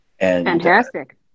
Fantastic